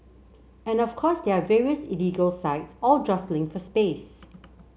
and of course there are various illegal sites all jostling for space